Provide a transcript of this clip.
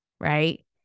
right